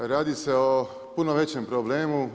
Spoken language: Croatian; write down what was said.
Radi se o punom većem problemu.